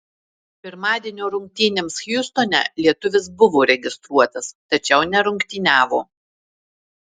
pirmadienio rungtynėms hjustone lietuvis buvo registruotas tačiau nerungtyniavo